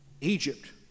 Egypt